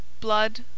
Blood